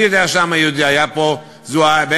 אני יודע שהעם היהודי היה פה, על